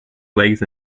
legs